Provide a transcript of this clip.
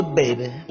baby